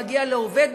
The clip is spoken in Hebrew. מה שמגיע לעובד,